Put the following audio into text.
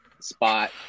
spot